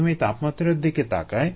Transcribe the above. প্রথমেই তাপমাত্রার দিকে তাকাই